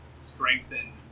strengthen